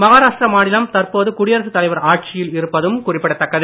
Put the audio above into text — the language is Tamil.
மகாராஷ்டிரா மாநிலம் தற்போது குடியரசுத் தலைவர் ஆட்சியில் இருப்பதும் குறிப்பிடத்தக்கது